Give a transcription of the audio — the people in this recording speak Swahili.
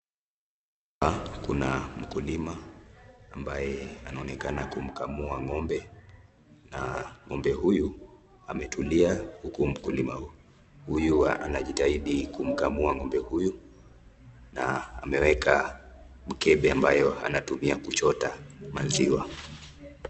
Hapa Kuna mkulima ambaye anaonekana kumkamua ngombe na ngombe huyu aametulia, huku mkulima huyu anajitahidi kumkamua ngombe huyu na ameweka mkebe ambayo anatumia kuchota maziwa.